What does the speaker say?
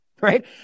Right